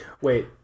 Wait